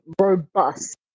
robust